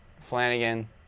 Flanagan